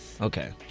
Okay